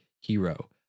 hero